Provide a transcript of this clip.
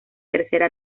tercera